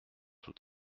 tout